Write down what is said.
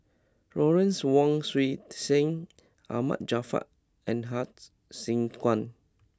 Lawrence Wong Shyun Tsai Ahmad Jaafar and Hsu Tse Kwang